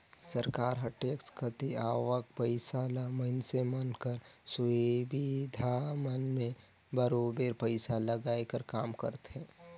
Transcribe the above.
सरकार हर टेक्स कती आवक पइसा ल मइनसे मन कर सुबिधा मन में बरोबेर पइसा लगाए कर काम करथे